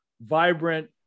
vibrant